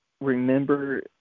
remember